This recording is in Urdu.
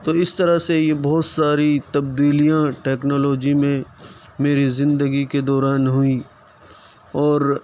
تو اس طرح سے یہ بہت ساری تبدیلیاں ٹیکنالوجی میں میری زندگی کے دوران ہوئیں اور